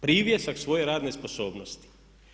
Privjesak svoje radne sposobnosti.